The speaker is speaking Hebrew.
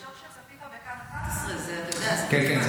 אני בשוק שצפית בכאן 11, שזה, אתה יודע, מסוכן.